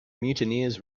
mutineers